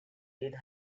did